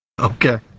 Okay